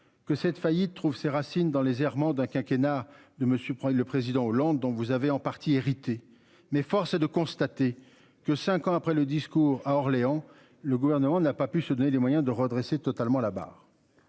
que cette faillite trouve ses racines dans les errements d'un quinquennat de monsieur le président Hollande dont vous avez en partie hérité mais force est de constater que 5 ans après le discours à Orléans. Le gouvernement n'a pas pu se donner les moyens de redresser totalement la barre.